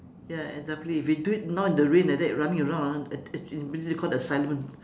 ya exactly we do it now in the rain like that running around ah you call the asylum